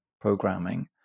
programming